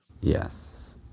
Yes